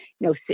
no